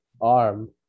arm